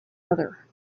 other